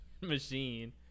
machine